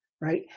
Right